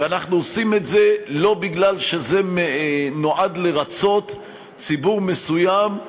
ואנחנו עושים את זה לא מפני שזה נועד לרצות ציבור מסוים,